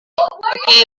okay